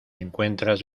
encuentras